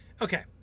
Okay